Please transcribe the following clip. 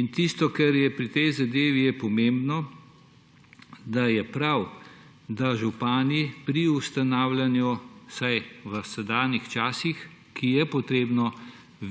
In tisto, kar je pri tej zadevi pomembno, je, da je prav, da župani pri ustanavljanju vsaj v sedanjih časih, ki je potrebno